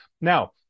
Now